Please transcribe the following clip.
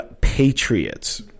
Patriots